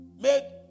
made